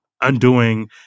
undoing